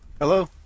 Hello